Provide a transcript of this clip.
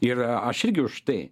ir aš irgi už tai